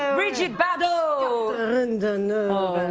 ah bridget bardot. and